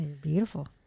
beautiful